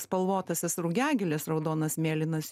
spalvotąsias rugiagėles raudonas mėlynas